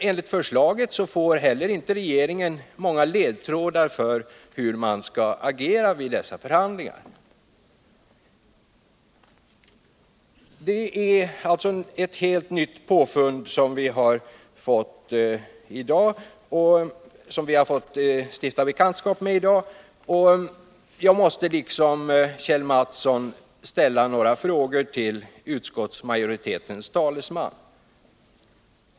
Enligt förslaget får regeringen inte heller många ledtrådar för hur den skall agera vid dessa förhandlingar. Det är alltså ett helt nytt påfund som vi fått stifta bekantskap med i dag. Liksom Kjell Mattsson måste jag ställa några frågor till utskottsmajoritetens talesman.